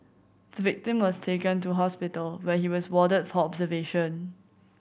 the victim was taken to hospital where he was warded for observation